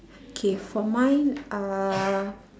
okay for mine uh